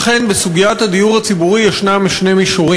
אכן, בסוגיית הדיור הציבורי יש שני מישורים.